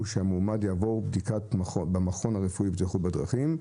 שהמועמד יעבור בדיקה במכון הרפואי לבטיחות בדרכים.